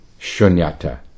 shunyata